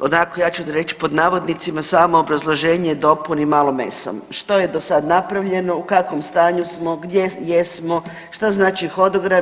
onako ja ću reći pod navodnicima samo obrazloženje dopuni malo mesom što je do sada napravljeno, u kakvom stanju smo, gdje jesmo, šta znači hodogram.